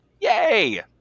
Yay